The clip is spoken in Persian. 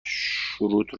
شروط